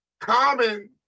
Common